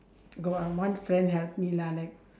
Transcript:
got one friend help me lah like